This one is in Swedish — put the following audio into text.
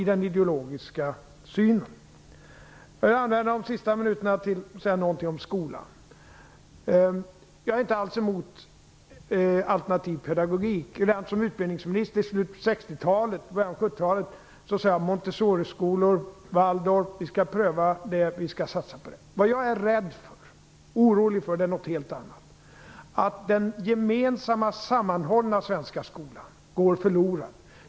Jag vill använda de sista minuterna till att säga några ord om skolan. Jag är inte alls emot alternativ pedagogik. Redan som utbildningsminister i slutet av 60-talet och i början av 70-talet sade jag att vi skulle pröva och satsa på montessoriskolor och waldorfskolor. Men det jag är orolig för är något helt annat, nämligen att den gemensamma sammanhållna svenska skolan skall gå förlorad.